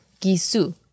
Gisu